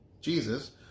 Jesus